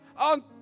on